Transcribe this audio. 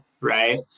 right